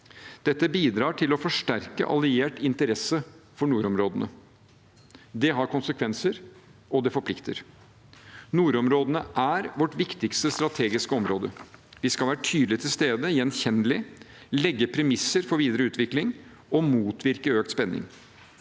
Dette bidrar til å forsterke alliert interesse for nordområdene. Det har konsekvenser, og det forplikter. Nordområdene er vårt viktigste strategiske område. Vi skal være tydelig til stede – gjenkjennelig, legge premisser for videre utvikling og motvirke økt spenning.